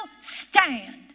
stand